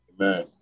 Amen